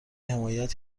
حمایت